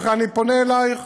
לכן, אני פונה אלייך